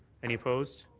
any opposed?